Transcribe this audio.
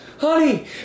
Honey